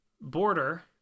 border